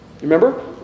Remember